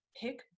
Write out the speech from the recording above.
pick